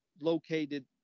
located